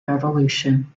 revolution